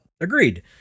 Agreed